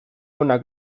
onak